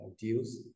deals